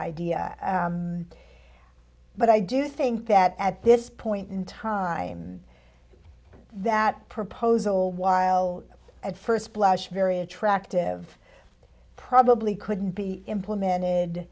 idea but i do think that at this point in time that proposal while at first blush very attractive probably couldn't be implemented